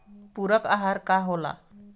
पुरक अहार का होला?